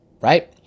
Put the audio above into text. right